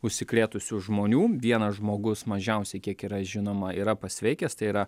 užsikrėtusių žmonių vienas žmogus mažiausiai kiek yra žinoma yra pasveikęs tai yra